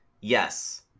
Yes